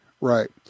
right